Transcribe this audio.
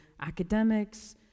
academics